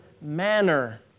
manner